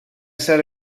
said